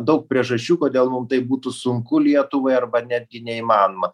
daug priežasčių kodėl mum tai būtų sunku lietuvai arba netgi neįmanoma